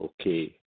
okay